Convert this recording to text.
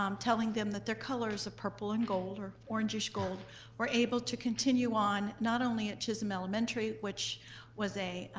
um telling them that their colors of purple and gold or orange-ish gold were able to continue on, not only at chisholm elementary which was a.